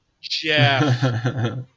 Jeff